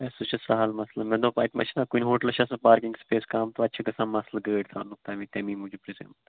ہے سُہ چھُ سہل مسلہٕ مےٚ دوٚپ اَتہِ مہ چھُ کُنہِ ہوٹلَس چھِ آسان پارکنٛگ سپیس کَم تَتہِ چھِ گژھان مسلہٕ گٲڑۍ تھاونُک تَمہِ تَمہِ موٗجوٗب چھُ سَے بہٕ